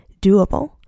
doable